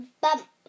bump